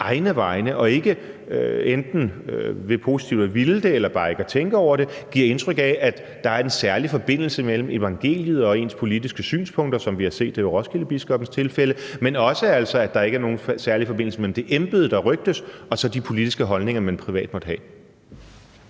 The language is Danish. egne vegne, og at man ikke ved enten positivt at ville det eller bare ikke tænke over det giver indtryk af, at der er en særlig forbindelse mellem evangeliet og ens politiske synspunkter, som vi har set det i Roskildebiskoppens tilfælde, men også altså, at der ikke er nogen særlig forbindelse mellem det embede, der røgtes, og så de politiske holdninger, man privat måtte have.